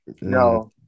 No